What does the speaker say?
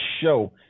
Show